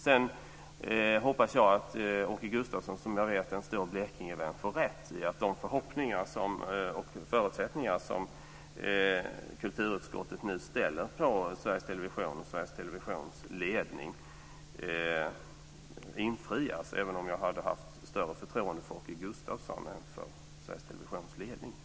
Sedan hoppas jag att Åke Gustavsson, som jag vet är en stor Blekingevän, får rätt i att de förhoppningar som kulturutskottet nu ställer till Sveriges Television och dess ledning infrias - även om jag hade haft större förtroende för Åke Gustavsson än för Sveriges